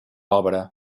obra